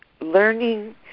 learning